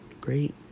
great